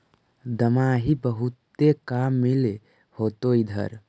दमाहि बहुते काम मिल होतो इधर?